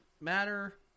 matter